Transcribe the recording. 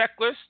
checklist